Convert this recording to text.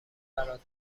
برات